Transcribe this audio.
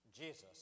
Jesus